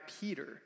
Peter